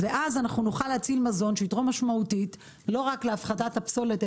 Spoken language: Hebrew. ואז נוכל להציל מזון שיתרום משמעותית לא רק להפחתת הפסולת,